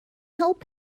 help